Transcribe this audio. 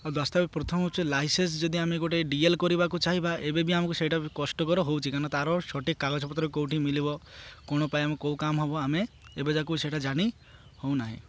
ଆଉ ପ୍ରଥମ ହେଉଛି ଲାଇସେନ୍ସ ଯଦି ଆମେ ଗୋଟେ ଡି ଏଲ୍ କରିବାକୁ ଚାହିଁବା ଏବେ ବି ଆମକୁ ସେଇଟା ବି କଷ୍ଟକର ହେଉଛି କାରଣ ତା'ର ସଠିକ୍ କାଗଜପତ୍ର କେଉଁଠି ମିଲିବ କ'ଣ ପାଇଁ ଆମେ କେଉଁ କାମ ହେବ ଆମେ ଏବେ ଯାକୁ ସେଇଟା ଜାନି ହେଉ ନାହିଁ